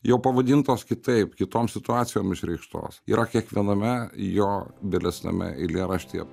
jo pavadintos kitaip kitom situacijom išreikštos yra kiekviename jo vėlesniame eilėraštyje